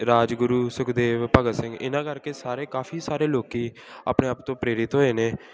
ਰਾਜਗੁਰੂ ਸੁਖਦੇਵ ਭਗਤ ਸਿੰਘ ਇਹਨਾਂ ਕਰਕੇ ਸਾਰੇ ਕਾਫੀ ਸਾਰੇ ਲੋਕ ਆਪਣੇ ਆਪ ਤੋਂ ਪ੍ਰੇਰਿਤ ਹੋਏ ਨੇ